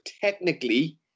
technically